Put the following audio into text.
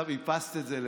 ועכשיו איפסת את זה לאפס?